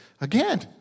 Again